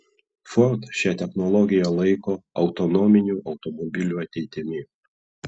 ford šią technologiją laiko autonominių automobilių ateitimi